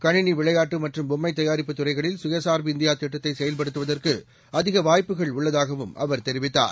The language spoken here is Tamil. கணினிவிளையாட்டுமற்றும்பொம்மைதயாரிப்புதுறை களில் சுயச்சார்புஇந்தியாதிட்டத்தைசெயல்படுத்துவதற்குஅதி கவாய்ப்புகள்உள்ளதாகவும்அவர்தெரிவித்தார்